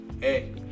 Hey